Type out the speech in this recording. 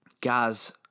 Guys